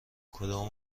کدام